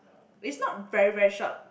is not very very short